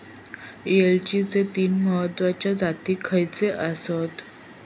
वेलचीचे तीन महत्वाचे जाती खयचे आसत?